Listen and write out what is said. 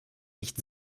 nicht